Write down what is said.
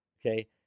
Okay